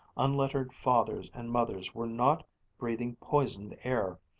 unlettered fathers and mothers were not breathing poisoned air,